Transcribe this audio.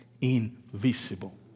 invisible